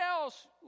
else